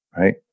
right